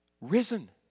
risen